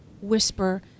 whisper